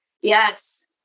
Yes